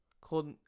called